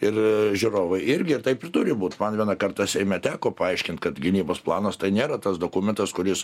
ir žiūrovai irgi ir taip ir turi būt man vieną kartą seime teko paaiškint kad gynybos planas tai nėra tas dokumentas kuris